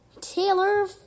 Taylor